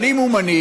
אבל אם הוא מנהיג,